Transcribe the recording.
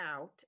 out